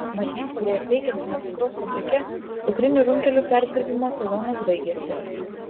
marijampolėje veikiančiame cukraus fabrike cukrinių runkelių perdirbimo sezonas baigiasi